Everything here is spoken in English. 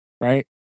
Right